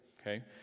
Okay